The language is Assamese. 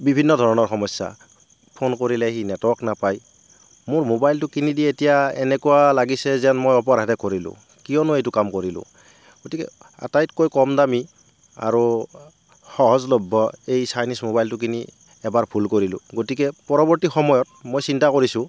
বিভিন্ন ধৰণৰ সমস্যা ফোন কৰিলে সি নেটৱৰ্ক নাপায় মোৰ মোবাইলটো কিনি দি এতিয়া এনেকুৱা লাগিছে যেন মই অপৰাধহে কৰিলোঁ কিয়নো এইটো কাম কৰিলোঁ গতিকে আটাইতকৈ কম দামী আৰু সহজলভ্য় এই ছাইনিজ মোবাইলটো কিনি এবাৰ ভুল কৰিলোঁ গতিকে পৰৱৰ্তী সময়ত মই চিন্তা কৰিছোঁ